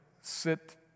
sit